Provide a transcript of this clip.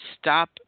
stop